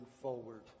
forward